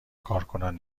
کارکنان